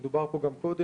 זה דובר פה גם קודם,